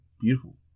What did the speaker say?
Beautiful